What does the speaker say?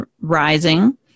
rising